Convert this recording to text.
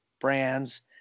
Brands